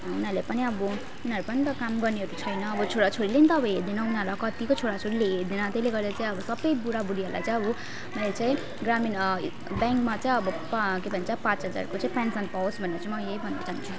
उनीहरूले पनि अब उनीहरू पनि त काम गर्ने छैन अब छोरा छोरीहरूले पनि त अब हेर्दैन उनीहरूलाई कतिको छोरा छोरीले हेर्दैन त्यसले गर्दा चाहिँ अब सबै बुढा बुढीहरलाई चाहिँ अब ग्रामीण ब्याङ्कमा चाहिँ अब पाँ के भन्छ पाँच हजारको चाहिँ पेन्सन पाओस् भन्ने चाहिँ म यही भन्न चहान्छु